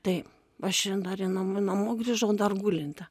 taip aš į dar į namų namo grįžau dar gulinti